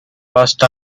first